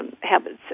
habits